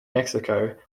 mexico